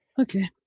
Okay